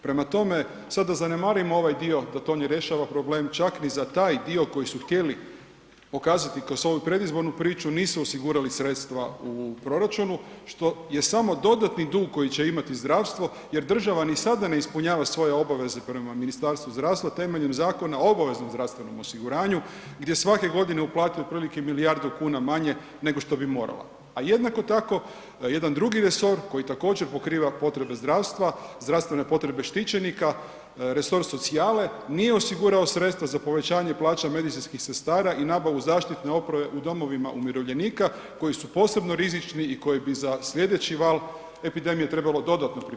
Prema tome, sada da zanemarimo ovaj dio da to ne rješava problem čak ni za taj dio koji su htjeli pokazati kroz ovu predizbornu priču nisu osigurali sredstva u proračunu, što je samo dodatni dug koji će imati zdravstvo jer država ni sada ne ispunjava svoje obaveze prema Ministarstvu zdravstva temeljem Zakona o obaveznom zdravstvenom osiguranju gdje svake godine uplate otprilike milijardu kuna manje nego što bi morala a jednako tako, jedan drugi resor koji također pokriva potrebe zdravstva, zdravstvene potrebe štićenika, resor socijale, nije osigurao sredstva za povećanje plaća medicinskih sestara i nabavu zaštitne opreme u domovima umirovljenika koji su posebno rizični i koji bi za slijedeći val epidemije trebalo dodatno pripremiti.